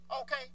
Okay